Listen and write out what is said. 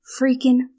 freaking